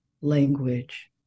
language